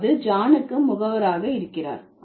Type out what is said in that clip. அதாவது ஜானுக்கு முகவராக இருக்கிறார்